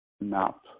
map